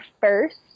first